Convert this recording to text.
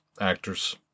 actors